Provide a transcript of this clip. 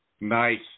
Nice